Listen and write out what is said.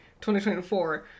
2024